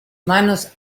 manos